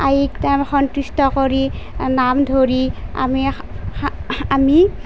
আইক তাৰ সন্তুষ্ট কৰি নাম ধৰি আমি আমি